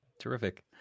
Terrific